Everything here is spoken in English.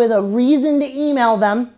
with a reason the email them